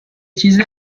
چیز